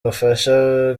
ubufasha